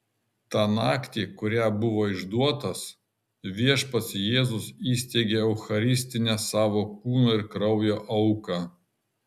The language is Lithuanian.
tą naktį kurią buvo išduotas viešpats jėzus įsteigė eucharistinę savo kūno ir kraujo auką